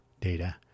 data